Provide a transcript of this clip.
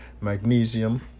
magnesium